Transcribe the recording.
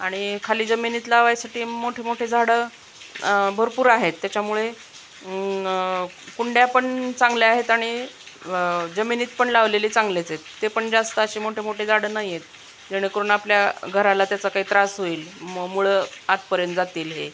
आणि खाली जमिनीत लावायसाठी मोठे मोठे झाडं भरपूर आहेत त्याच्यामुळे कुंड्या पण चांगल्या आहेत आणि जमिनीत पण लावलेले चांगलेच आहेत ते पण जास्त असे मोठे मोठे झाडं नाहीयेत जेणेकरून आपल्या घराला त्याचा काही त्रास होईल मुळं आतपर्यंत जातील हे